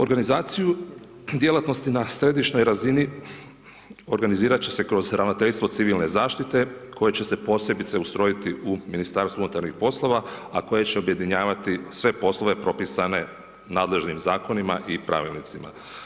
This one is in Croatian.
Organizaciju djelatnosti na središnjoj razini, organizirati će se kroz ravnateljstvo civilne zaštite, koje će se posebice ustrojiti u Ministarstvu unutarnjih poslova, a koje će objedinjavate sve poslove propisane nadležnim zakonima i pravilnicima.